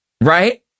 Right